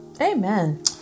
Amen